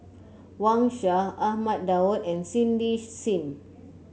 Wang Sha Ahmad Daud and Cindy Sim